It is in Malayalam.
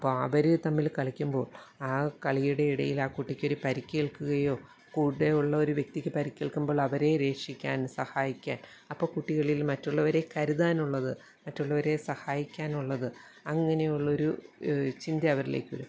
അപ്പോൾ അവർ തമ്മിൽ കളിക്കുമ്പോൾ ആ കളിയുടെ ഇടയിൽ ആ കുട്ടിക്കൊരു പരിക്കേൽക്കുകയോ കൂടെ ഉള്ള ഒരു വ്യക്തിക്ക് പരിക്കേൽക്കുമ്പോൾ അവരെ രക്ഷിക്കാൻ സഹായിക്കാൻ അപ്പം കുട്ടികളിൽ മറ്റുള്ളവരെ കരുതാനുള്ളത് മറ്റുള്ളവരെ സഹായിക്കാനുള്ളത് അങ്ങനെയുള്ളൊരു ചിന്ത അവരിലേക്ക് വരും